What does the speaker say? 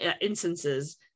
instances